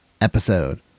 episode